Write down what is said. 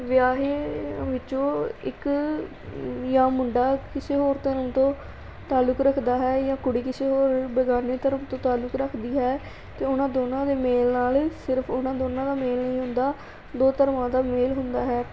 ਵਿਆਹੇ ਵਿੱਚੋਂ ਇੱਕ ਜਾਂ ਮੁੰਡਾ ਕਿਸੇ ਹੋਰ ਧਰਮ ਤੋਂ ਤਾਲੁਕ ਰੱਖਦਾ ਹੈ ਜਾਂ ਕੁੜੀ ਕਿਸੇ ਹੋਰ ਬਿਗਾਨੇ ਧਰਮ ਤੋਂ ਤਾਲੁਕ ਰੱਖਦੀ ਹੈ ਅਤੇ ਉਹਨਾਂ ਦੋਨਾਂ ਦੇ ਮੇਲ ਨਾਲ ਸਿਰਫ਼ ਉਨ੍ਹਾਂ ਦੋਨਾਂ ਦਾ ਮੇਲ ਨਹੀਂ ਹੁੰਦਾ ਦੋ ਧਰਮਾਂ ਦਾ ਮੇਲ ਹੁੰਦਾ ਹੈ